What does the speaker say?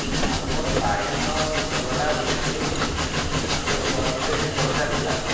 ଆଉ ମୋର ବାଇଗଣ କଲରା ଭେଣ୍ଡି ଆଉ ତରଭୁଜ କିଛି ଦରକାର ଥିଲା